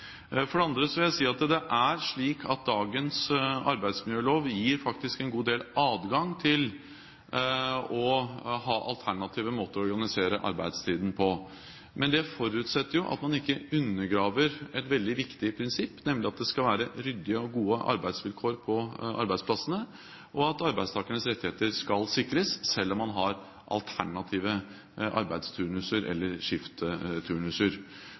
For det andre gir dagens arbeidsmiljølov faktisk adgang til å ha en god del alternative måter å organisere arbeidstiden på, men det forutsetter at man ikke undergraver et viktig prinsipp, nemlig at det skal være ryddige og gode arbeidsvilkår på arbeidsplassene, og at arbeidstakernes rettigheter skal sikres, selv om man har alternative arbeidsturnuser eller